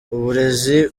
uburezi